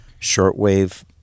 shortwave